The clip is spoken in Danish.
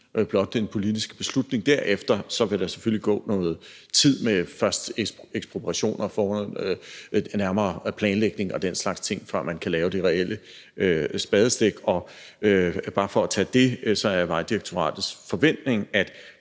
blot den politiske beslutning. Derefter vil der selvfølgelig gå noget tid med først ekspropriationer, en nærmere planlægning og den slags ting, før man kan tage det reelle spadestik. Og bare for at tage det, kan jeg sige, at Vejdirektoratets forventning